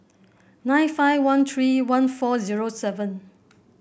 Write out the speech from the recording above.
nine five one three one four zero seven